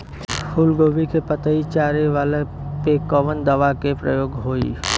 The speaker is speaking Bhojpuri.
फूलगोभी के पतई चारे वाला पे कवन दवा के प्रयोग होई?